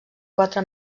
quatre